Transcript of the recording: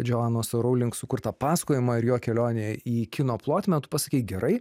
džoanos rowling sukurtą pasakojimą ir jo kelionę į kino plotmę tu pasakei gerai